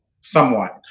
somewhat